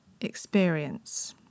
experience